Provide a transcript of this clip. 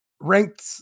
ranked